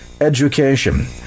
education